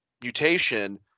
mutation